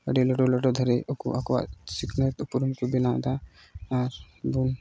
ᱟᱹᱰᱤ ᱞᱟᱹᱴᱩ ᱞᱟᱹᱴᱩ ᱫᱷᱟᱨᱤᱡ ᱩᱱᱠᱩ ᱟᱠᱚᱣᱟᱜ ᱥᱤᱠᱷᱱᱟᱹᱛ ᱩᱯᱨᱩᱢ ᱠᱚ ᱵᱮᱱᱟᱣᱫᱟ ᱟᱨ ᱵᱚᱱ